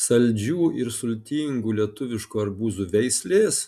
saldžių ir sultingų lietuviškų arbūzų veislės